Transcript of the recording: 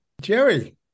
Jerry